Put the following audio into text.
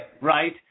right